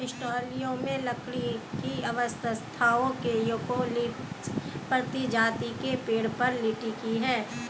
Australia में लकड़ी की अर्थव्यवस्था यूकेलिप्टस प्रजाति के पेड़ पर टिकी है